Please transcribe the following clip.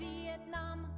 Vietnam